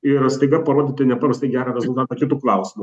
ir staiga parodyti nepaprastai gerą rezultatą kitu klausimu